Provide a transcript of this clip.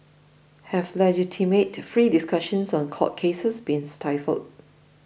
have legitimate free discussions on court cases been stifled